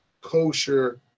kosher